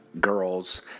girls